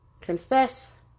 Confess